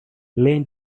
learn